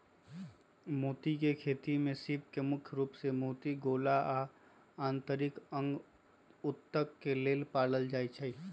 मोती के खेती में सीप के मुख्य रूप से मोती गोला आ आन्तरिक अंग उत्तक के लेल पालल जाई छई